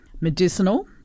medicinal